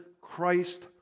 Christ